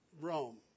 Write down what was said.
Rome